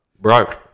broke